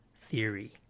theory